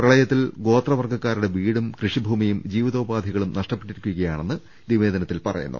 പ്രളയത്തിൽ ഗോത്ര വർഗക്കാരുടെ വീടും കൃഷിഭൂമിയും ജീവിതോപാധികളും നഷ്ടപ്പെ ട്ടിരിക്കുകയാണെന്ന് നിവേദനത്തിൽ അറിയിച്ചു